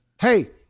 Hey